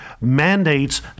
mandates